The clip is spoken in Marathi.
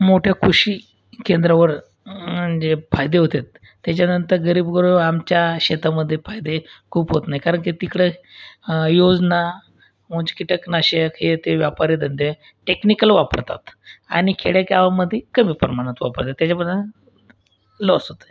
मोठ्या कृषी केंद्रावर जे फायदे होतात त्याच्यानंतर गरीब वर्ग आमच्या शेतामध्ये फायदे खूप होत नाही कारण की तिकडं योजना उंच कीटकनाशक हे ते व्यापारी धंदे टेक्निकल वापरतात आणि खेडेगावामध्ये कमी प्रमानात वापरतात त्याच्यामुळं लॉस होतं आहे